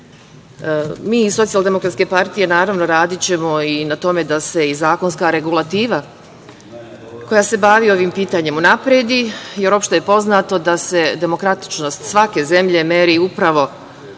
i sprovedemo. Mi iz SDPS, naravno, radićemo i na tome da se zakonska regulativa, koja se bavi ovim pitanjem, unapredi, jer opšte je poznato da se demokratičnost svake zemlje meri upravo